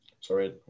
Sorry